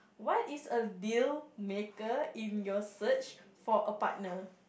what is a deal maker in your search for a partner